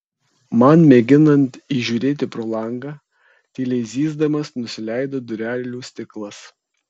man mėginant įžiūrėti pro langą tyliai zyzdamas nusileido durelių stiklas